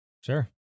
Sure